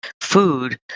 food